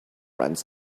runs